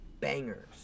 bangers